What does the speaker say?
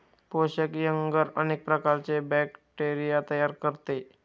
पोषक एग्गर अनेक प्रकारचे बॅक्टेरिया तयार करते